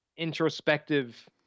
Introspective